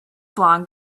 blonde